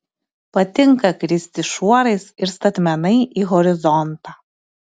patinka kristi šuorais ir statmenai į horizontą